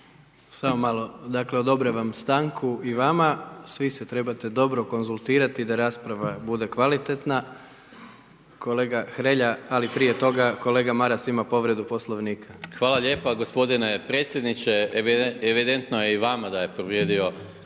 Samo malo odobravam stanku i vama. Svi se trebate dobro konzultirati da rasprava bude kvalitetna, kolega Hrelja, ali prije toga kolega Maras ima povredu Poslovnika. **Maras, Gordan (SDP)** Hvala lijepo gospodine predsjedniče. Evidentno je i vama da je povrijedio